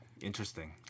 Interesting